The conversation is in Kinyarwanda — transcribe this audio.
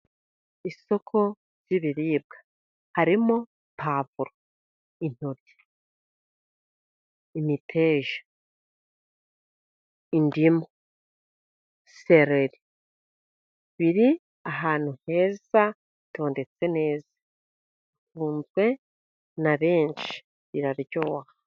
Isoko ry'ibiribwa , harimwo pwavuro, intoryi, imiteja, ndimu, na sereri . Biri ahantu heza hatondetse neza bikunzwe na benshi biraryoha.